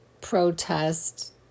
protest